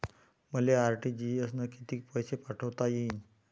मले आर.टी.जी.एस न कितीक पैसे पाठवता येईन?